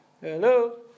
Hello